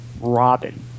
Robin